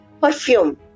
perfume